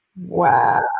Wow